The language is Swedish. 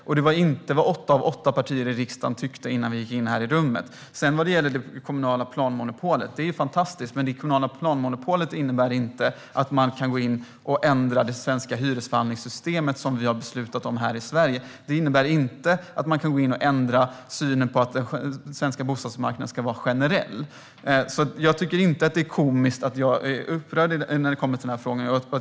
Och det är inte vad åtta av åtta partier i riksdagen tyckte innan vi gick in i detta rum. Det kommunala planmonopolet är fantastiskt, men det innebär inte att man kan gå in och ändra det svenska hyresförhandlingssystemet som vi har beslutat om i Sverige. Det innebär inte att man kan gå in och ändra synen på att den svenska bostadsmarknaden ska vara generell. Jag tycker inte att det är komiskt att jag är upprörd över frågan.